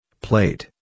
Plate